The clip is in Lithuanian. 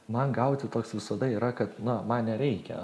man gauti toks visada yra kad na man nereikia